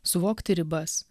suvokti ribas